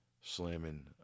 slamming